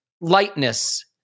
lightness